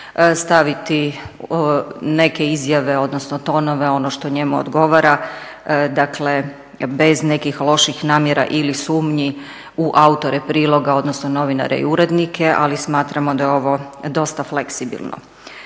staviti neke izjave, odnosno tonove ono što njemu odgovara. Dakle, bez nekih loših namjera ili sumnji u autore priloga, odnosno novinare i urednike. Ali smatramo da je ovo dosta fleksibilno.